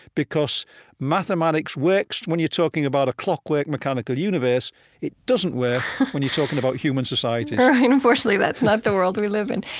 because mathematics works when you're talking about a clockwork mechanical universe it doesn't work when you're talking about a human society unfortunately, that's not the world we live in.